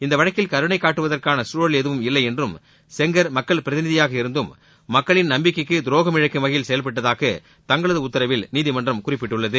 இந்த வழக்கில் கருணை காட்டுவதற்கான சூழல் எதுவும் இல்லை என்றும் செங்கர் மக்கள் பிரதிநிதியாக இருந்தும் மக்களின் நம்பிக்கைக்கு துரோகம் இழைக்கும் வகையில் செயல்பட்டதாக தங்களது உத்தரவில் நீதிமன்றம் குறிப்பிட்டுள்ளது